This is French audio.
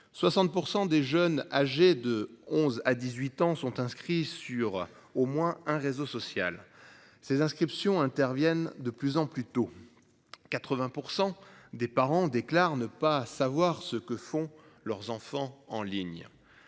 60% des jeunes âgés de 11 à 18 ans sont inscrits sur au moins un réseau social. Ces inscriptions interviennent de plus en plus tôt. 80% des parents déclarent ne pas savoir ce que font leurs enfants en ligne.